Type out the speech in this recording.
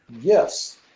Yes